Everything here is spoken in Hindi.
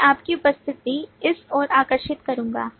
मैं आपकी उपस्थिति इस ओर आकर्षित करूंगा